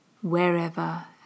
wherever